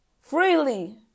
freely